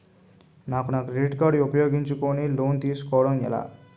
నాకు నా credit card ఉపయోగించుకుని లోన్ తిస్కోడం ఎలా?